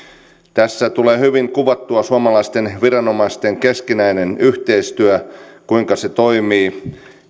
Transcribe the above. tässä tulee hyvin kuvattua suomalaisten viranomaisten keskinäinen yhteistyö se kuinka se toimii